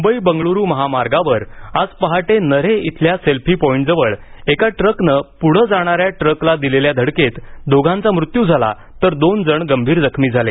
मुंबई बंगळुरु महामार्गावर आज पहाटे नन्हे इथल्या सेल्फी पॉईंटजवळ ट्रकनं पुढं जाणाऱ्या ट्रकला दिलेल्या धडकेत दोघांचा मूत्यू झाला तर दोन जण गंभीर जखमी झाले